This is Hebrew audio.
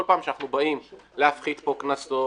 כל פעם שאנחנו באים להפחית פה קנסות,